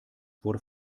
wurde